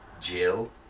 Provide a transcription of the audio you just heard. Jill